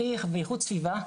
מחיר ואיכות סביבה,